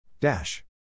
Dash